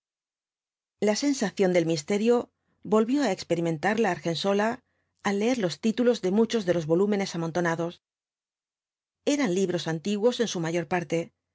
la sensación del misterio volvió á experimentarla argensola al leer los títulos de muchos de los volúmenes amontonados eran libros antiguos en su mayor parte